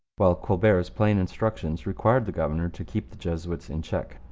while colbert's plain instructions required the governor to keep the jesuits in check.